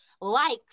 likes